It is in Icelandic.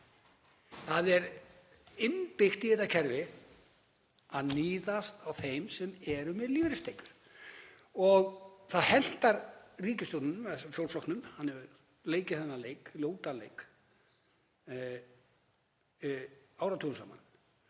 Það er innbyggt í þetta kerfi að níðast á þeim sem eru með lífeyristekjur og það hentar ríkisstjórninni, fjórflokknum. Hann hefur leikið þennan ljóta leik áratugum saman,